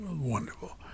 Wonderful